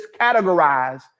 categorized